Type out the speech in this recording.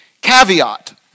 Caveat